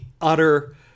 utter